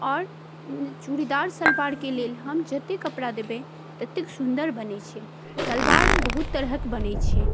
आओर चूड़ीदार सलवारके लेल हम जते कपड़ा देबै ततेक सुन्दर बनै छै सलवार बहुत तरहक बनै छै